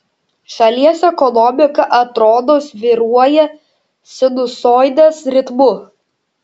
šalies ekonomika atrodo svyruoja sinusoidės ritmu